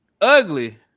ugly